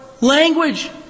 language